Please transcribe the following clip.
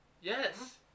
Yes